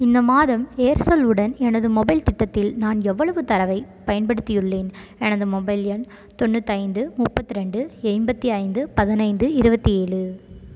இந்த மாதம் ஏர்செல் உடன் எனது மொபைல் திட்டத்தில் நான் எவ்வளவு தரவை பயன்படுத்தியுள்ளேன் எனது மொபைல் எண் தொண்ணூத்தைந்து முப்பத்திரெண்டு எண்பத்தி ஐந்து பதினைந்து இருபத்தி ஏழு